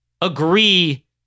agree